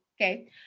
Okay